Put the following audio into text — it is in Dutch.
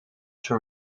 ter